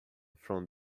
from